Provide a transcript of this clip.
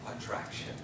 attraction